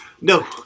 No